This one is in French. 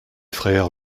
frères